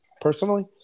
personally